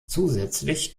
zusätzlich